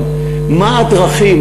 מה הדרכים,